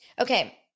Okay